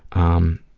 um,